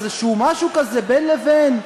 איזשהו משהו כזה בין לבין.